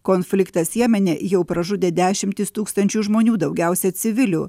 konfliktas jemene jau pražudė dešimtis tūkstančių žmonių daugiausiai civilių